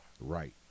Right